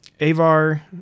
Avar